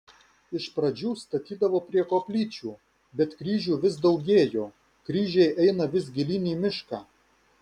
iš pradžių statydavo prie koplyčių bet kryžių vis daugėjo kryžiai eina vis gilyn į mišką